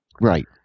right